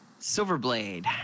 Silverblade